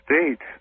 States